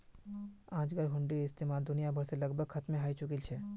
आजकल हुंडीर इस्तेमाल दुनिया भर से लगभग खत्मे हय चुकील छ